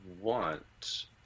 want